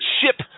ship